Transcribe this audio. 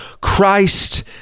Christ